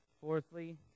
Fourthly